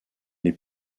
les